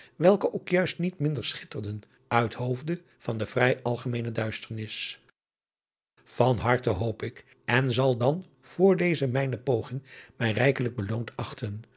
welke ook juist niet minder schitterden uit hoofde van de vrij algemeene duisternis van harte hoop ik en zal dan voor deze mijne poging mij rijkelijk beloond achten